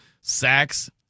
sacks